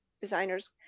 designers